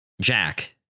Jack